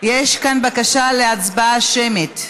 יש כאן בקשה להצבעה שמית.